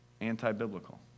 anti-biblical